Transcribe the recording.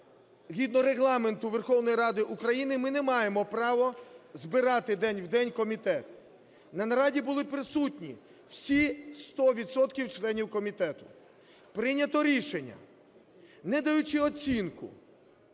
згідно Регламенту Верховної Ради України ми не маємо права збирати день в день комітет. На нараді були присутні всі 100 відсотків членів комітету. Прийнято рішення, не даючи оцінку